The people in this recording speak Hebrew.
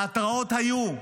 ההתרעות היו.